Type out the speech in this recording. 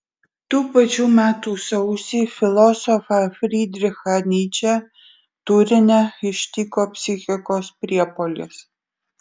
tų pačių metų sausį filosofą frydrichą nyčę turine ištiko psichikos priepuolis